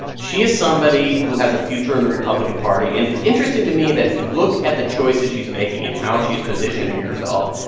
she is somebody who has a future in the republican party and it's interesting to me that if you look at the choices she's making and how she's positioning herself,